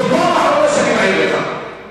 זו פעם אחרונה שאני מעיר לך.